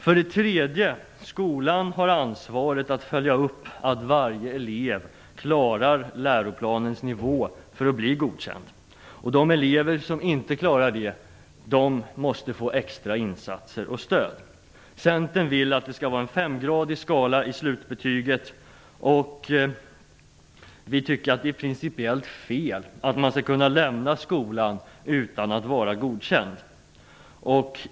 För det tredje har skolan ansvaret att följa upp att varje elev klarar läroplanens nivå för att bli godkänd. De elever som inte klarar det måste få extra insatser och stöd. Centern vill att det skall vara en femgradig skala i slutbetyget. Vi tycker att det är principiellt fel att man skall kunna lämna skolan utan att vara godkänd.